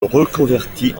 reconvertit